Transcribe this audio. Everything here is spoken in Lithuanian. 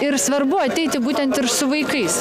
ir svarbu ateiti būtent ir su vaikais